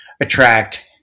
attract